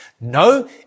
No